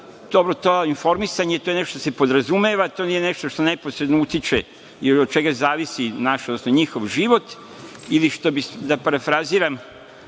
dobro, to informisanje, to je nešto što se podrazumeva, to nije nešto neposredno utiče ili od čega zavisi njihov život, ili što bi, da parafraziram